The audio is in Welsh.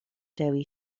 dewi